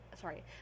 sorry